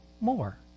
more